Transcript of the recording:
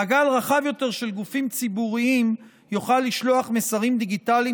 מעגל רחב יותר של גופים ציבוריים יוכל לשלוח מסרים דיגיטליים